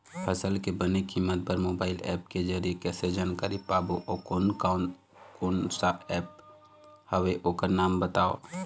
फसल के बने कीमत बर मोबाइल ऐप के जरिए कैसे जानकारी पाबो अउ कोन कौन कोन सा ऐप हवे ओकर नाम बताव?